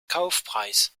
kaufpreis